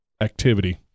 activity